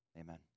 Amen